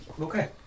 Okay